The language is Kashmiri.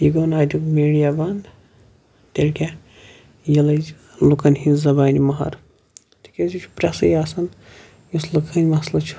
یہِ گوٚو نہٕ اَتیُک میٖڈیا بنٛد تیٚلہِ کیٛاہ یہِ لٔج لُکَن ہِنٛز زبانہِ مُہر تِکیٛازِ یہِ چھُ پرٛیسٕے آسان یُس لُکہٕ ہٕنٛدۍ مسلہٕ چھُ